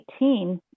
2018